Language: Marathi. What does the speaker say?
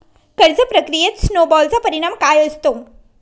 कर्ज प्रक्रियेत स्नो बॉलचा परिणाम काय असतो?